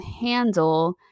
handle